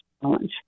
challenge